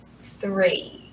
three